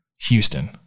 Houston